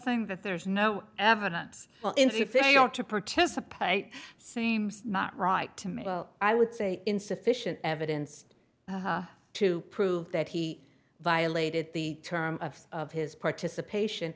thing that there's no evidence well in if they are to participate seems not right to me i would say insufficient evidence to prove that he violated the terms of his participation